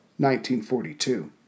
1942